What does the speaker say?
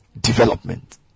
Development